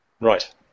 right